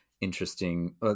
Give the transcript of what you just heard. interesting